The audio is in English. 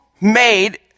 made